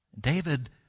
David